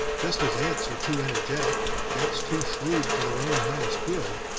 just as ants are too energetic and cats too shrewd for their own highest good,